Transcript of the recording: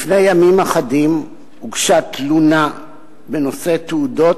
לפני ימים אחדים הוגשה תלונה בנושא תעודות